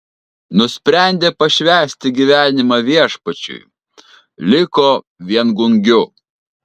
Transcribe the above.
nusprendė pašvęsti gyvenimą viešpačiui liko viengungiu